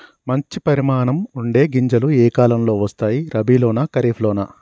మంచి పరిమాణం ఉండే గింజలు ఏ కాలం లో వస్తాయి? రబీ లోనా? ఖరీఫ్ లోనా?